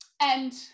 And-